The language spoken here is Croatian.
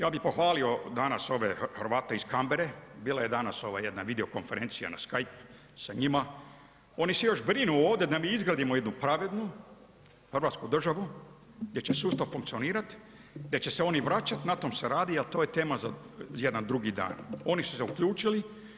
Ja bi pohvalio danas ove Hrvate iz Canberre, bila je danas ova jedna video konferencija na skypeu sa njima, oni se još brinu ovdje da mi izgradimo jednu pravednu hrvatsku državu gdje će sustav funkcionirat, gdje će se oni vraćat, na tom se radi, a to je tema za jedan drugi dan, oni su se uključili.